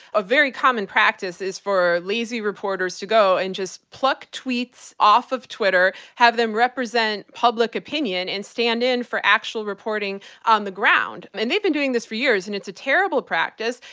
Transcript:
a very common practice is for lazy reporters to go and just pluck tweets off of twitter, have them represent public opinion, and stand in for actual reporting on the ground. and they've been doing this for years, and it's a terrible practice.